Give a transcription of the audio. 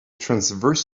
transverse